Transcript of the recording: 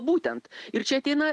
būtent ir čia ateina